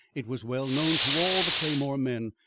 it was well known to all the claymore men.